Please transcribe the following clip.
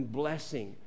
blessing